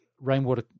rainwater